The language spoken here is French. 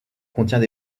contient